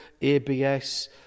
ABS